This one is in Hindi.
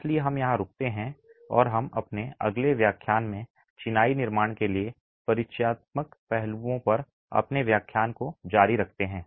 इसलिए हम यहां रुकते हैं और हम अपने अगले व्याख्यान में चिनाई निर्माण के लिए परिचयात्मक पहलुओं पर अपने व्याख्यान को जारी रखते हैं